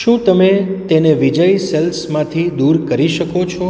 શું તમે તેને વિજય સેલ્સમાંથી દૂર કરી શકો છો